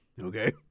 okay